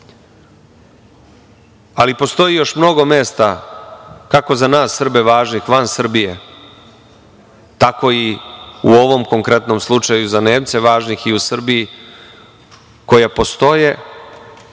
godine. Postoji još mnogo mesta kako za nas Srbe važnih van Srbije, tako i u ovom konkretnom slučaju za Nemce važnih i u Srbiji koja postoje,